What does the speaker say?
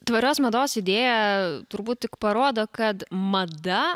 tvarios mados idėja turbūt tik parodo kad mada